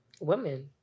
Women